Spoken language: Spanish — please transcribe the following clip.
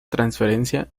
transferencia